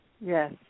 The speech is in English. Yes